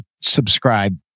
subscribe